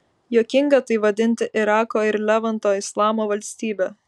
juokinga tai vadinti irako ir levanto islamo valstybe